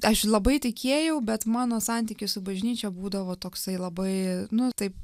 aš labai tikėjau bet mano santykis su bažnyčia būdavo toksai labai nu taip